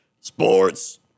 Sports